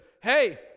hey